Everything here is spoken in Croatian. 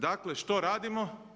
Dakle, što radimo?